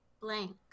blank